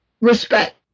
respect